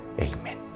Amen